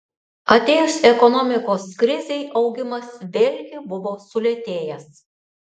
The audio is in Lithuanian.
atėjus ekonomikos krizei augimas vėlgi buvo sulėtėjęs